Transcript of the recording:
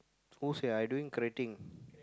who say I doing crating